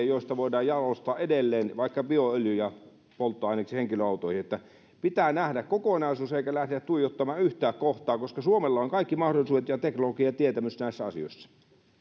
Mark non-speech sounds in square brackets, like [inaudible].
[unintelligible] joista voidaan jalostaa edelleen vaikka bioöljyjä polttoaineeksi henkilöautoihin pitää nähdä kokonaisuus eikä lähteä tuijottamaan yhtä kohtaa koska suomella on kaikki mahdollisuudet ja teknologia ja tietämys näissä asioissa